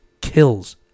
kills